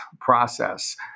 process